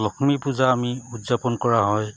লক্ষ্মী পূজা আমি উদযাপন কৰা হয়